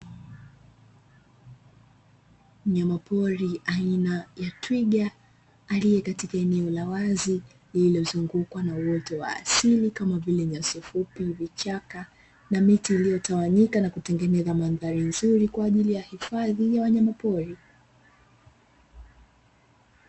Mnyama pori aina ya twiga alie katika eneo la wazi lililozungukwa na uoto wa asili kama vile nyasi fupi, vichaka na miti iliyotawanyika na kutengeneza mandhari nzuri kwa ajili ya hifadhi ya wanyama pori.